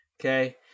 Okay